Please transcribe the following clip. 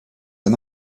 and